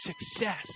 Success